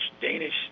Danish